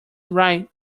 right